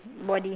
body